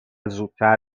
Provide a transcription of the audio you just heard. زودتر